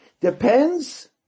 Depends